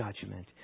judgment